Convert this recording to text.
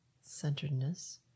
centeredness